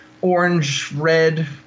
orange-red